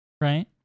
Right